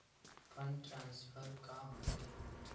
Fund transfer का होथे?